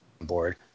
board